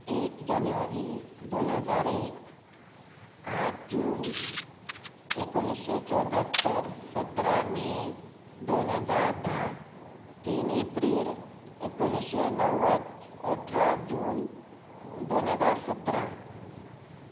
एक जानेवारी दोन हजार एक आठ जून एकोणिशे चोद्यात्तर सतरा मे दोन हजार धा तीन एप्रिल एकोणिशें णव्वद अठरा जून दोन हजार सतरा